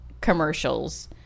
commercials